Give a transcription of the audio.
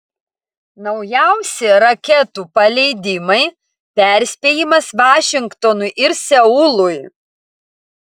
naujausi raketų paleidimai perspėjimas vašingtonui ir seului